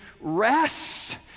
rest